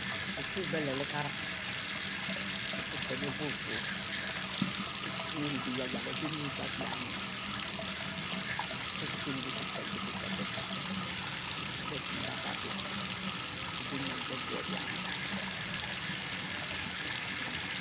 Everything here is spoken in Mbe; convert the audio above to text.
Nfie bie lep lehkieri npie bie bieh osu osu osu osu osu, nsuieh bie yeb-yeb bienbie bie kiekile chie-chie osu bietem bie-bielebiu osu osu